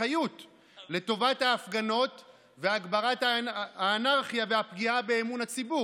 ויגברו על הרוע והרשעות שיוצאת מהממשלה.